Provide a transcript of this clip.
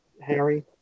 Harry